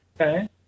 Okay